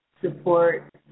support